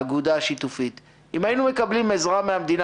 האגודה השיתופית: אם היינו מקבלים עזרה מן המדינה